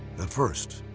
at first.